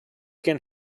can